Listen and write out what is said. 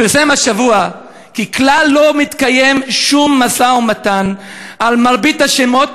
פרסם השבוע כי כלל לא מתקיים שום משא-ומתן על מרבית השמות,